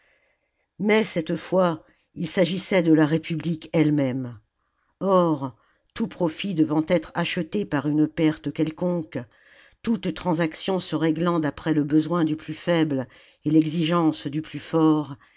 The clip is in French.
mais cette fois il s'agissait de la république ellemême or tout profit devant être acheté par une perte quelconque toute transaction se réglant d'après le besoin du plus faible et l'exigence du plus fort